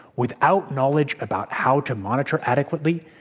without knowledge about how to monitor adequately,